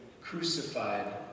crucified